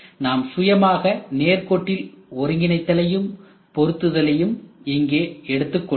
நாம் சுயமாக நேர்கோட்டில் ஒருங்கிணைத்தலையும் பொருத்துதலையும் இங்கே கொடுத்துள்ளோம்